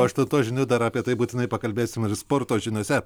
po aštuntos žinių dar apie tai būtinai pakalbėsime ir sporto žiniose